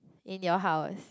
in your house